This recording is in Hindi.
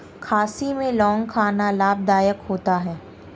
खांसी में लौंग खाना लाभदायक होता है